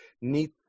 need